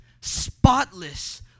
spotless